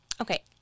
okay